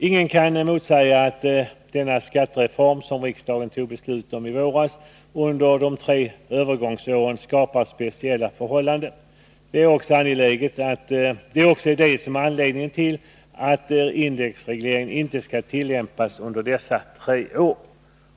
Ingen kan säga annat än att den skattereform som riksdagen fattade beslut om i våras skapar speciella förhållanden under övergångsåren. Detta är också anledningen till att indexregleringen inte skall tillämpas under dessa tre år.